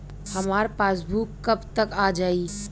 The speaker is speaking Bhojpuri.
हमार पासबूक कब तक आ जाई?